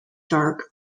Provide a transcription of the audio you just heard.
dark